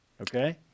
Okay